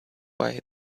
why